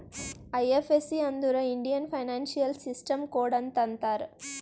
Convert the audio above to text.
IFSC ಅಂದುರ್ Indian financial system code ಅಂತ್ ಅಂತಾರ್